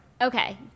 Okay